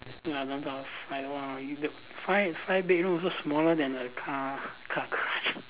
ya then the s~ like !wah! the five five bedroom so small uh